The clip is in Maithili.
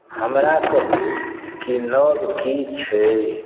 हमरा कहू कि नव की छै